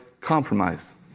compromise